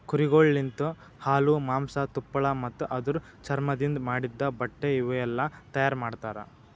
ಕುರಿಗೊಳ್ ಲಿಂತ ಹಾಲು, ಮಾಂಸ, ತುಪ್ಪಳ ಮತ್ತ ಅದುರ್ ಚರ್ಮದಿಂದ್ ಮಾಡಿದ್ದ ಬಟ್ಟೆ ಇವುಯೆಲ್ಲ ತೈಯಾರ್ ಮಾಡ್ತರ